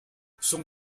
son